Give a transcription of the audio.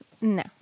No